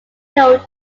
note